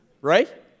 right